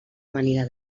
amanida